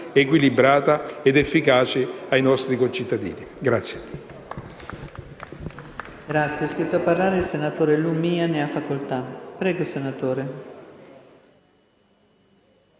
equilibrata ed efficace ai nostri concittadini.